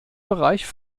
bereich